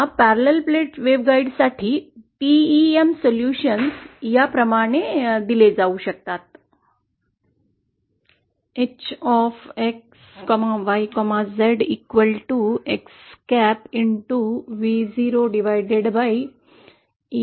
या समांतर वेव्हगाइड साठी TEM वेव्ह सोल्यूशन या प्रमाणे दिले आहे